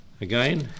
Again